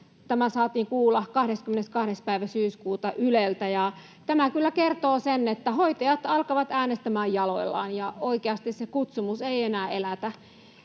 Tämä saatiin kuulla 22. päivä syyskuuta Yleltä. Tämä kyllä kertoo sen, että hoitajat alkavat äänestämään jaloillaan, ja oikeasti se kutsumus ei enää elätä.